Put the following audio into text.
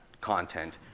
content